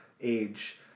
age